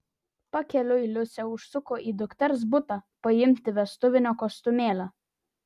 pakeliui liusė užsuko į dukters butą paimti vestuvinio kostiumėlio